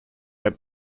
had